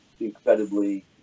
incredibly